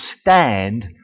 stand